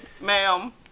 ma'am